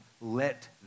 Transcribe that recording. Let